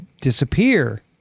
disappear